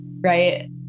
right